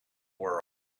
world